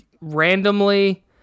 randomly